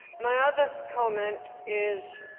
my other comment is,